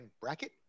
bracket